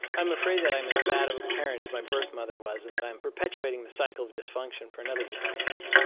i'm afraid that i'm as bad of a parent as my birth mother was and that i'm perpetuating the cycle of dysfunction for another generation.